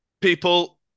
people